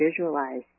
visualize